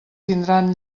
tindran